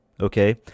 Okay